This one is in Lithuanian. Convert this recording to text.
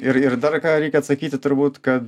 ir ir dar ką reikia atsakyti turbūt kad